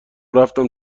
رفتم